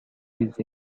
with